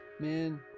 man